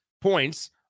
points